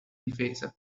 difese